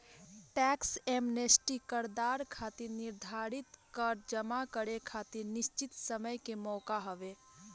tax amnesty करदाता खातिर निर्धारित कर जमा करे खातिर निश्चित समय के मौका हवे